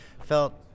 felt